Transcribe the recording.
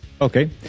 Okay